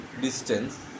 distance